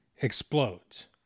explodes